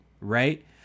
right